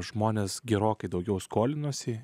žmonės gerokai daugiau skolinosi